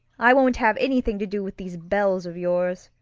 i won't have anything to do with these belles of yours.